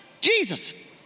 Jesus